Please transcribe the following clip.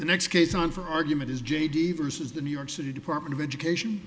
the next case on for argument is j d versus the new york city department of education